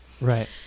right